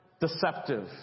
deceptive